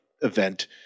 event